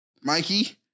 Mikey